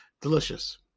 delicious